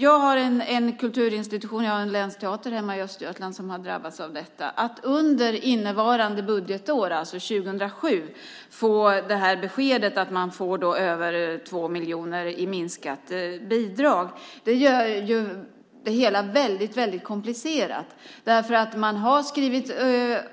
Jag har en kulturinstitution, en länsteater hemma i Östergötland, som har drabbats av att under innevarande budgetår 2007 få beskedet att man får över 2 miljoner i minskat bidrag. Det gör det hela väldigt komplicerat. Man har skrivit